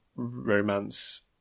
Romance